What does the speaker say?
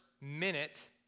minute